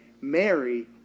Mary